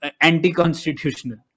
anti-constitutional